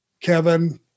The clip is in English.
Kevin